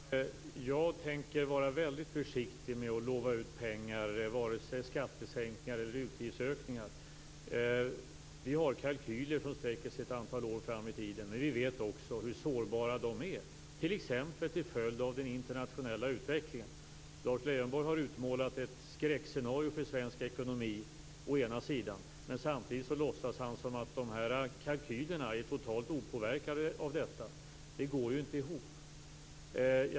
Fru talman! Jag tänker vara väldigt försiktig med att lova ut pengar, vare sig till skattesänkningar eller utgiftsökningar. Vi har kalkyler som sträcker sig ett antal år fram i tiden. Men vi vet också hur sårbara de är, t.ex. till följd av den internationella utvecklingen. Lars Leijonborg har utmålat ett skräckscenario för svensk ekonomi å ena sidan, men samtidigt låtsas han som om de här kalkylerna är totalt opåverkade av detta. Det går ju inte ihop.